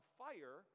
fire